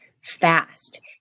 fast